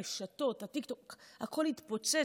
הרשתות, הטיקטוק, הכול התפוצץ.